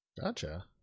Gotcha